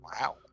wow